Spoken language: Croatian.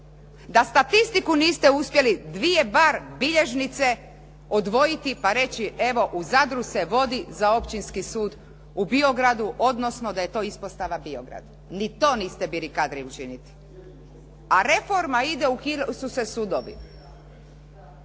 Da statistiku niste uspjeli, dvije bar bilježnice odvojiti pa reći evo u Zadru se vodi za općinski sud u Biogradu, odnosno da je to ispostava Biograd, niti to niste bili kadri učiniti. A reforma ide, ukidali su se sudovi.